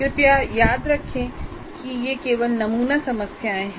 कृपया याद रखें कि ये केवल नमूना समस्याएं हैं